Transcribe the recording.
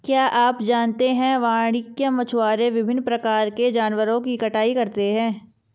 क्या आप जानते है वाणिज्यिक मछुआरे विभिन्न प्रकार के जानवरों की कटाई करते हैं?